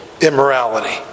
immorality